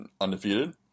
undefeated